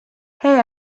hey